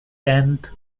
tenth